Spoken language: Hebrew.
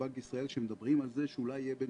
בנק ישראל שמדברות על זה שאולי יהיה בין